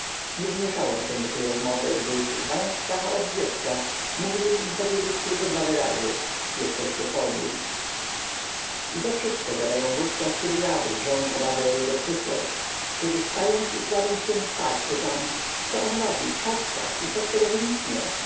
nie wmieszałem się do tej rozmowy gdyż znając stacha od dziecka mógłbym im powiedzieć tylko dwa wyrazy jesteście podli i to wszystko gadają wówczas kiedy ja drżę z obawy o jego przyszłość kiedy wstając i kładąc się spać pytam co on robi poco robi i co z tego wyniknie